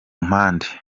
mpande